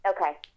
okay